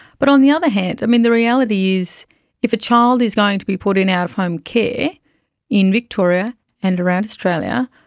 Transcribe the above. but on the other hand, i mean, the reality is if a child is going to be put in out-of-home care in victoria and around australia,